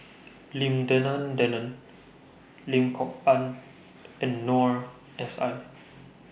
Lim Denan Denon Lim Kok Ann and Noor S I